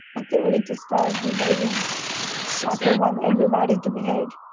i think we need to start behaving as we want everybody to behave.